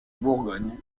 bourgogne